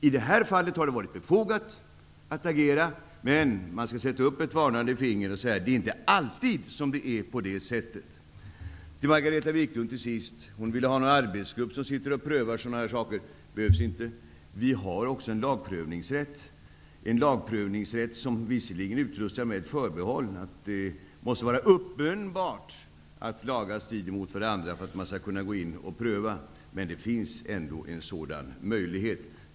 I det här fallet har det varit befogat att agera, men man skall sätta upp ett varnande finger och säga att det inte alltid är så. Margareta Viklund ville ha en arbetsgrupp som skall pröva sådana här frågor. Det behövs inte. Vi har en lagprövningsrätt. Den är visserligen utrustad med förbehållet att det måste vara uppenbart att lagar strider mot varandra för att man skall kunna pröva det, men det finns ändock en sådan möjlighet.